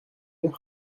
dire